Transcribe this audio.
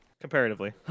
comparatively